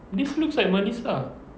this looks like melissa